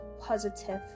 positive